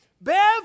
Bev